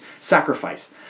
sacrifice